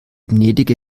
gnädige